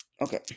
okay